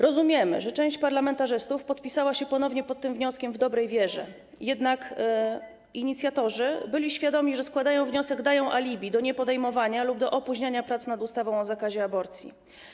Rozumiemy, że część parlamentarzystów podpisała się ponownie pod tym wnioskiem w dobrej wierze, jednak inicjatorzy byli świadomi, że składając wniosek, dają alibi do niepodejmowania lub do opóźniania prac nad ustawą o zakazie aborcji.